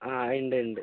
അതെ ഉണ്ട് ഉണ്ട്